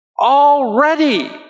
Already